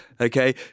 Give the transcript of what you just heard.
okay